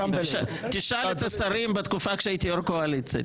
תשאל את השרים בתקופה שהייתי יו"ר קואליציה.